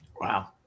Wow